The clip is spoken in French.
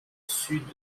sud